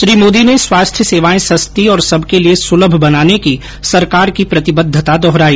श्री मोदी ने स्वास्थ्य सेवाएं सस्ती और सबके लिए सुलम बनाने की सरकार की प्रतिबद्धता दोहराई